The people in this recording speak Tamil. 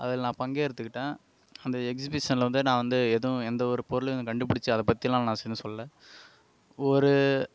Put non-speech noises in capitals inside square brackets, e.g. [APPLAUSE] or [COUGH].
அதில் நான் பங்கேர்த்துக்கிட்டேன் அந்த எக்சிபிஷனில் வந்து நான் வந்து எதும் எந்தவொரு பொருளும் கண்டுபுடிச்சி அதை பற்றிலாம் நான் [UNINTELLIGIBLE] சொல்ல ஒரு